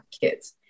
kids